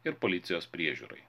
ir policijos priežiūrai